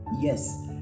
Yes